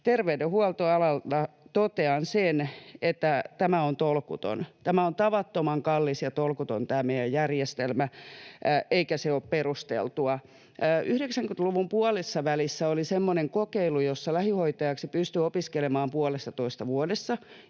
terveydenhuoltoalalta totean sen, että nähdäkseni tämä on tolkuton. Tämä meidän järjestelmä on tavattoman kallis ja tolkuton, eikä se ole perusteltua. 90-luvun puolessavälissä oli semmoinen kokeilu, jossa lähihoitajaksi pystyi opiskelemaan puolessatoista vuodessa,